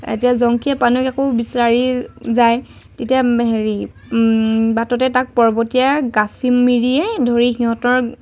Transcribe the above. এতিয়া জংকীয়ে পানৈক আকৌ বিচাৰি যায় তেতিয়া হেৰি বাটতে তাক পৰ্বতীয়া গাচীম মিৰিয়ে ধৰি সিহঁতৰ